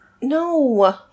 No